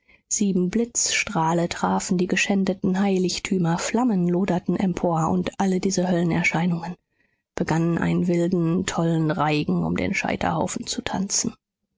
sieben blitzstrahle trafen die geschändeten heiligtümer flammen loderten empor und alle diese höllenerscheinungen begannen einen wilden tollen reigen um den scheiterhaufen zu tanzen